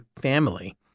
family